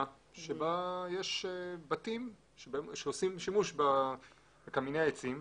שבה יש בתים שעושים שימוש בקמיני העצים.